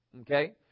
Okay